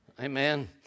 Amen